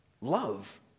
love